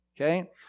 okay